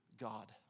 God